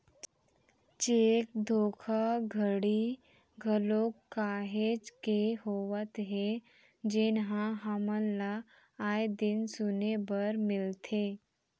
cheque धोखाघड़ी घलोक काहेच के होवत हे जेनहा हमन ल आय दिन सुने बर मिलथे